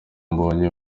mbonye